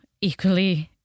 equally